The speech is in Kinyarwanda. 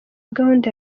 gahunda